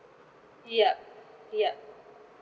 yup yup